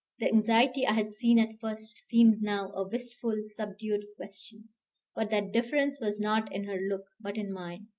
the anxiety i had seen at first seemed now a wistful, subdued question but that difference was not in her look but in mine.